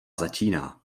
začíná